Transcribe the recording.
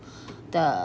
the